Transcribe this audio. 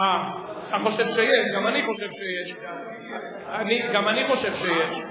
אתה חושב שיש, גם אני חושב שיש.